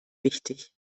wichtig